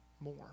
more